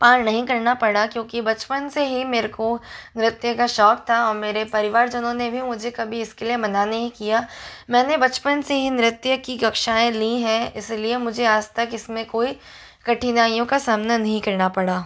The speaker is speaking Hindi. पार नहीं करना पड़ा क्योंकि बचपन से ही मेरे को नृत्य का शौक़ था और मेरे परिवार जनों ने भी मुझे कभी इसके लिए मना नहीं किया मैंने बचपन से ही नृत्य की कक्षाएँ ली हैं इसीलिए मुझे आज तक इसमें कोई कठिनाइयों का सामना नहीं करना पड़ा